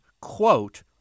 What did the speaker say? quote